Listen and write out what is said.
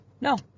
no